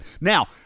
Now